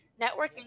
Networking